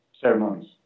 ceremonies